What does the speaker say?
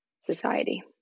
society